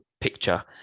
picture